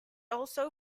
also